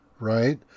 right